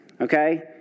Okay